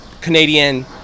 Canadian